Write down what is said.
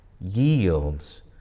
yields